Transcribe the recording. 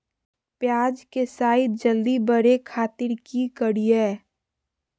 प्याज के साइज जल्दी बड़े खातिर की करियय?